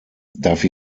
darf